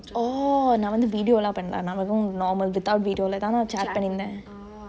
oh நா வந்து:naa vanthu video லா பன்ல நா வெரு:laa panle naa veru normal without video லதா நா:lethaa naa chat பன்னிருந்த:pannirunthe